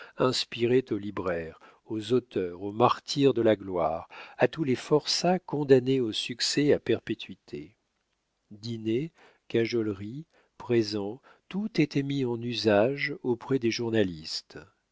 inspirait aux libraires aux auteurs aux martyrs de la gloire à tous les forçats condamnés au succès à perpétuité dîners cajoleries présents tout était mis en usage auprès des journalistes